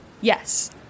Yes